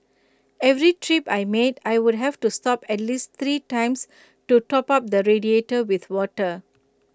every trip I made I would have to stop at least three times to top up the radiator with water